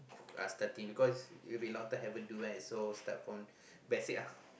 we are starting because if we long time haven't do right so start from basic lah